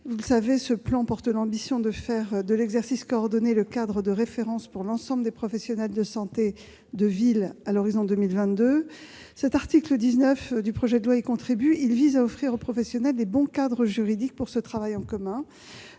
Vous le savez, ce plan porte l'ambition de faire de l'exercice coordonné le cadre de référence pour l'ensemble des professionnels de santé de ville à l'horizon 2022. L'article 19 de ce projet de loi y contribue, en offrant aux professionnels le bon encadrement juridique pour ce travail en commun,